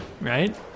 right